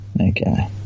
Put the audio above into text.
Okay